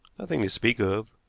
nothing to speak of.